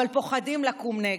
אבל פוחדים לקום נגד.